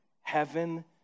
heaven